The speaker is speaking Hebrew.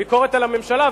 היתה ביקורת על הממשלה,